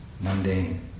mundane